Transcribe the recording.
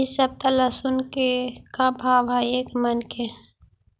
इ सप्ताह लहसुन के का भाव है एक मन के?